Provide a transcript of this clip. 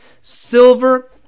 Silver